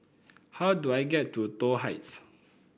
how do I get to Toh Heights